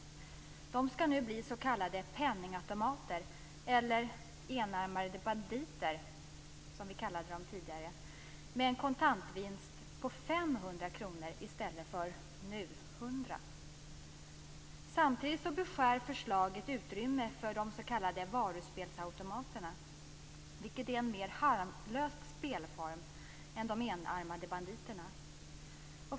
De skall nu bli s.k. penningautomater, eller enarmade banditer, som vi kallade dem tidigare, med en kontantvinst på 500 kr i stället för som nu 100 kr. Samtidigt beskär förslaget utrymmet för de s.k. varuspelsautomaterna, vilket är en mer harmlös spelform än de enarmade banditerna.